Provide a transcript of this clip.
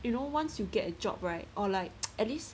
you know once you get a job right or like at least